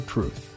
Truth